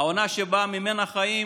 עונה שממנה חיים